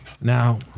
Now